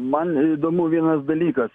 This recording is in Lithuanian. man įdomu vienas dalykas